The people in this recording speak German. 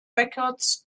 records